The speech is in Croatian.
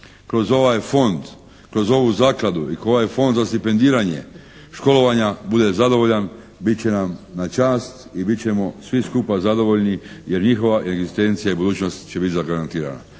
kroz ovaj Fond, kroz ovu Zakladu i kroz ovaj Fond za stipendiranje školovanja bude zadovoljan bit će nam na čast i bit ćemo svi skupa zadovoljni jer njihova egzistencija i budućnost će biti zagarantirana.